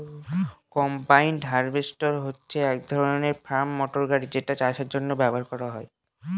combine harvester হচ্ছে এক ধরনের ফার্ম মটর গাড়ি যেটা চাষের জন্য ব্যবহার করা হয়